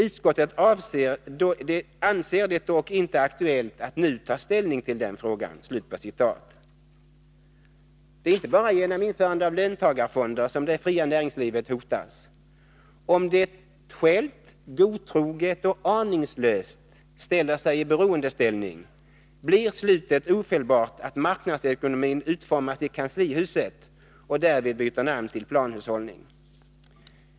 Utskottet anser det dock inte aktuellt att nu ta ställning till den frågan.” Det är inte bara genom införandet av löntagarfonder som det fria näringslivet hotas. Om det självt godtroget och aningslöst ställer sig i beroendeställning, blir slutet ofelbart att marknadsekonomin utformas i kanslihuset och därvid byter namn till planhushållning!